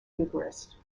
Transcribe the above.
eucharist